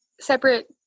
separate